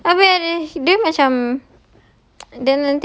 habis dia macam